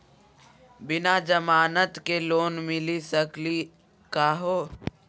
बिना जमानत के लोन मिली सकली का हो?